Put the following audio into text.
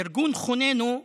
ארגון חוננו.